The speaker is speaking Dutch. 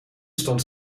stond